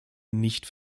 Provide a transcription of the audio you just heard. nicht